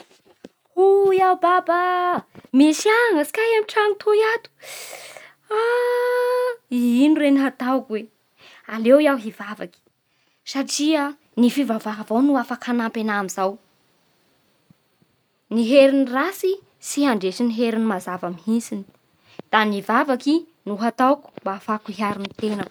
ô ry agno ô, tapaky koa ny jiro, anin'izay da ny tanà tsika rehetry da tapaky aby. Andao hitady jiro antrano any itsika da bakeo amin'izay mivory antokotany eto aby antsika, amin'ny arabe eto mba hifampizara jiro.